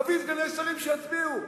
נביא סגני שרים שיצביעו.